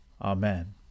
Amen